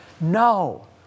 No